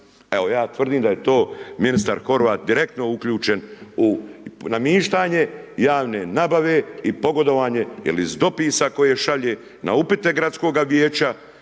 Evo ja tvrdim da je to ministar Horvat direktno uključen u namještanje javne nabave i pogodovanje jer iz dopisa koje šalje na upite gradskoga vijeća